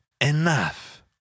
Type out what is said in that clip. enough